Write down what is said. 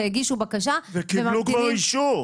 שהגישו בקשה -- וקיבלו כבר אישור.